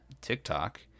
TikTok